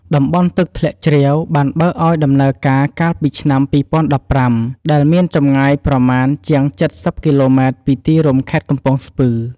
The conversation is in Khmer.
តំបន់ទឹកធ្លាក់ជ្រាវបានបើកឲ្យដំណើរការកាលពីឆ្នាំ២០១៥ ដែល មានចម្ងាយប្រមាណជាង ៧០ គីឡូម៉ែត្រពីទីរួមខេត្តកំពង់ស្ពឺ ។